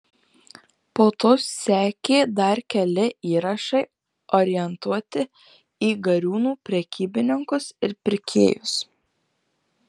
po to sekė dar keli įrašai orientuoti į gariūnų prekybininkus ir pirkėjus